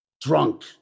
drunk